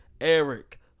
Eric